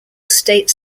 state